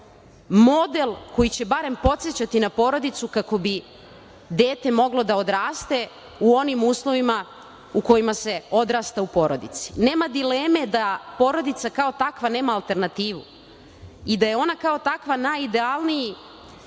model koji će barem podsećati na porodicu kako bi dete moglo da odraste u onim uslovima u kojima se odrasta u porodici. Nema dileme da porodica kao takva nema alternativu i da je ona kao takva najidealniji